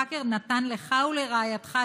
פאקר נתן לך ולרעייתך,